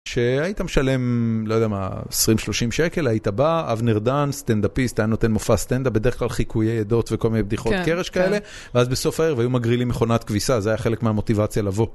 שהיית משלם, לא יודע מה, 20-30 שקל, היית בא, אבנר דאן, סטנדאפיסט, היה נותן מופע סטנדאפ בדרך כלל חיקויי עדות וכל מיני בדיחות קרש כאלה, ואז בסוף הערב היו מגרילים מכונת כביסה, זה היה חלק מהמוטיבציה לבוא.